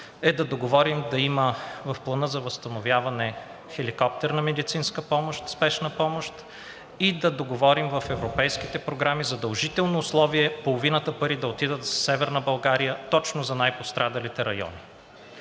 е, да договорим да има в Плана за възстановяване хеликоптерна медицинска спешна помощ и да договорим в европейските програми задължително условие половината пари да отидат за Северна България, точно за най-пострадалите райони.